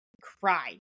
cry